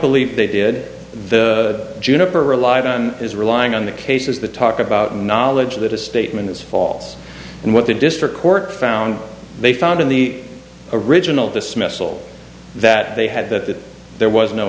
believe they did the juniper alive is relying on the cases that talk about knowledge that a statement is false and what the district court found they found in the original dismissal that they had that there was no